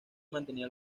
mantenía